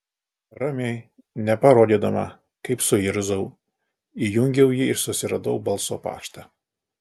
ramiai neparodydama kaip suirzau įjungiau jį ir susiradau balso paštą